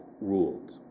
ruled